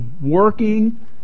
working